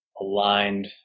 aligned